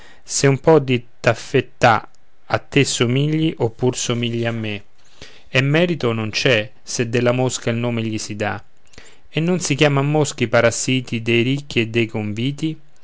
se un po di taffettà a te somigli oppur somigli a me e merito non c'è se della mosca il nome gli si dà e non si chiaman mosche i parassiti dei ricchi e dei conviti